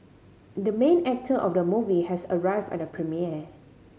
the main actor of the movie has arrived at the premiere